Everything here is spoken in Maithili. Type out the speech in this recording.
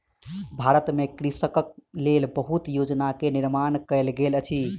भारत में कृषकक लेल बहुत योजना के निर्माण कयल गेल अछि